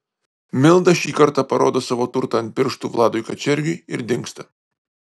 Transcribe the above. milda šį kartą parodo savo turtą ant pirštų vladui kačergiui ir dingsta